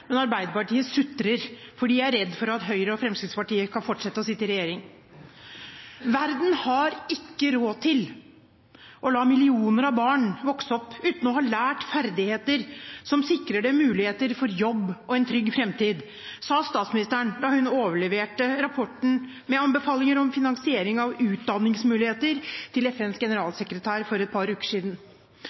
men Arbeiderpartiet sutrer, for de er redd for at Høyre og Fremskrittspartiet kan fortsette å sitte i regjering. Verden har ikke råd til å la millioner av barn vokse opp uten å ha lært ferdigheter som sikrer dem muligheter for jobb og en trygg framtid, sa statsministeren da hun overleverte rapporten med anbefalinger om finansiering av utdanningsmuligheter til FNs generalsekretær for et par uker siden.